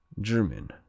German